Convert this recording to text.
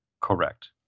Correct